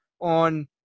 on